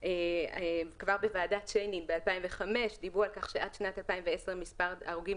כבר בוועדת שיינין ב-2005 דיברו על כך שעד שנת 2010 מספר ההרוגים